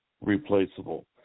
replaceable